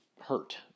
hurt